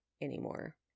anymore